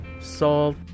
salt